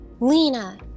lena